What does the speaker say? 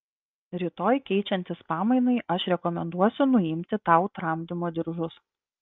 rytoj keičiantis pamainai aš rekomenduosiu nuimti tau tramdymo diržus